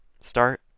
start